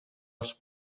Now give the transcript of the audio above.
els